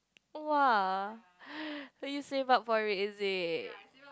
!wah! like you say bug for it is it